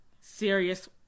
serious